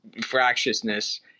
fractiousness